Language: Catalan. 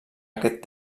aquest